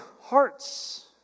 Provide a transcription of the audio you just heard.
hearts